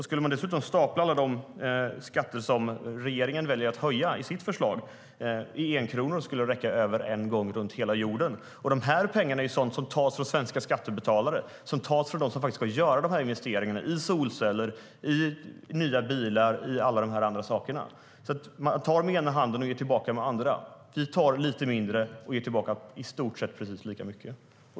Skulle man dessutom stapla alla de skatter som regeringen väljer att höja i sitt förslag i enkronor skulle de räcka över en gång runt hela jorden. Det är pengar som tas från svenska skattebetalare, som tas från dem som faktiskt ska göra investeringarna i solceller, i nya bilar och i allt det andra. Man tar med ena handen och ger tillbaka med den andra. Vi tar lite mindre och ger tillbaka i stort sett precis lika mycket.